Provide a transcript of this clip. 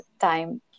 time